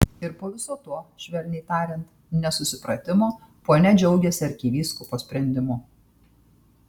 ir po viso to švelniai tariant nesusipratimo ponia džiaugiasi arkivyskupo sprendimu